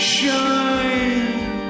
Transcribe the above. Shine